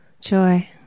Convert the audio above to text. joy